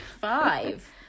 Five